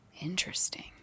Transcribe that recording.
Interesting